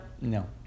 No